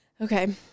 Okay